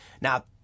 Now